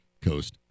Coast